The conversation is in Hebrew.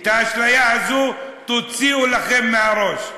את האשליה הזאת תוציאו לכם מהראש.